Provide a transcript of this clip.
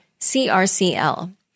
CRCL